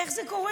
איך זה קורה?